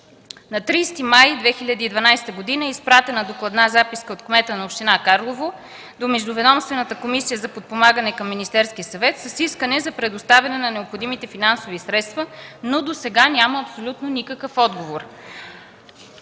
На 30 май 2012 г. е изпратена докладна записка от кмета на община Карлово до Междуведомствената комисия за подпомагане към Министерския съвет с искане за предоставяне на необходимите финансови средства, но досега няма абсолютно никакъв отговор.